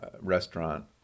restaurant